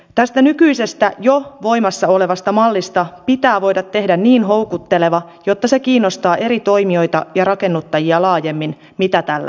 tästä nykyisestä jo voimassa olevasta mallista pitää voida tehdä niin houkutteleva että se kiinnostaa eri toimijoita ja rakennuttajia laajemmin kuin tällä hetkellä